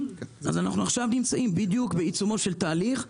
אנחנו נמצאים עכשיו בדיוק בעיצומו של תהליך,